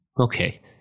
Okay